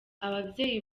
ababyeyi